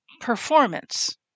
performance